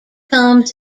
comes